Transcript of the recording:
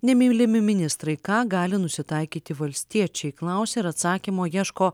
nemylimi ministrai į ką gali nusitaikyti valstiečiai klausia ir atsakymo ieško